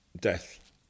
death